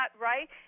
right